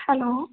hello